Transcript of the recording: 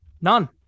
None